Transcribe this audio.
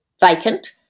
vacant